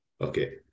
Okay